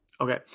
Okay